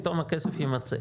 פתאום הכסף יימצא.